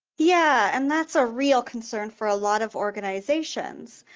yeah, and that's a real concern for a lot of organizations,